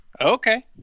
Okay